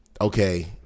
okay